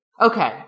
Okay